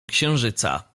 księżyca